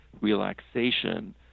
relaxation